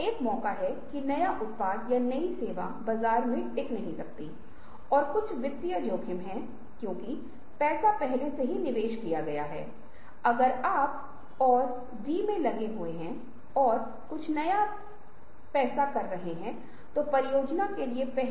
तो आपको एक गतिशील या किसी ऐसे व्यक्ति में दिलचस्पी हो सकती है जो साहसिक है अब आपके पास विचारों के दो सेट हैं और अब यदि आप लिंक करना शुरू करते हैं तो हमें गर्मी के साथ शांत रंग कहने दें तो आप एक दिलचस्प विचार के साथ आ सकते हैं या ऐसा कुछ जो कांगो की तरह दिखता है आप इसे तलाश सकते हैं इसे गतिशील युवा के साथ जोड़ सकते हैं जो लोग शराब पी रहे हैं और आप विचारों के एक नए सेट के साथ आ सकते हैं